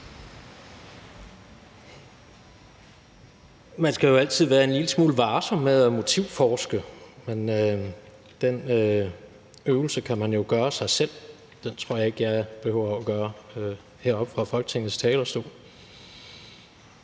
Man skal jo altid være en lille smule varsom med at motivforske, men den øvelse kan man jo gøre selv. Den tror jeg ikke jeg behøver at gøre heroppe fra Folketingets talerstol.